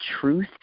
Truth